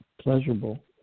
pleasurable